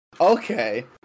Okay